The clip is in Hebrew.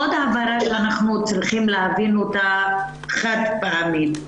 עוד הבהרה שאנחנו צריכים להבין אותה חד פעמית,